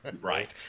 Right